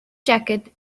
jacket